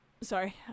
Sorry